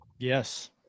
Yes